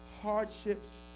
Hardships